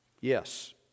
yes